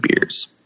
beers